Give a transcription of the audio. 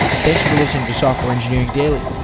thanks for listening to software engineering daily.